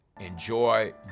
enjoy